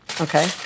Okay